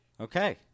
Okay